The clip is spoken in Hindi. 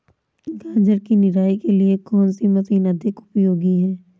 गाजर की निराई के लिए कौन सी मशीन अधिक उपयोगी है?